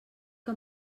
que